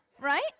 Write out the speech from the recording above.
right